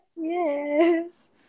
yes